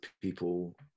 people